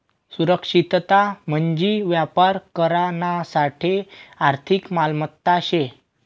सुरक्षितता म्हंजी व्यापार करानासाठे आर्थिक मालमत्ता शे